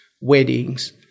weddings